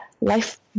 life